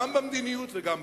גם במדיניות וגם בכלכלה.